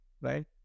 right